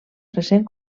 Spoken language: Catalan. recent